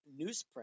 newsprint